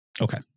Okay